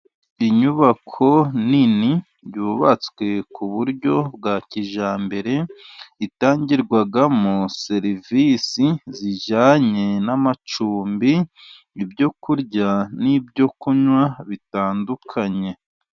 Inyubako nini yubatswe ku buryo bwa kijyambere, itangirwamo serivisi zijyanye n'amacumbi, ibyokurya n'ibyokunywa bitandukanye.